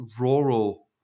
rural